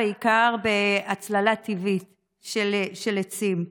בעיקר בהצללה טבעית של עצים.